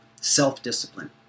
self-discipline